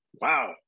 wow